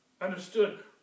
understood